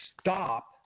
stop